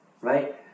right